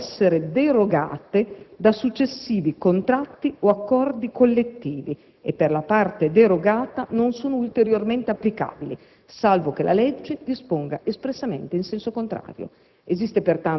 possono essere derogate da successivi contratti o accordi collettivi e per la parte derogata non sono ulteriormente applicabili, salvo che la legge disponga espressamente in senso contrario".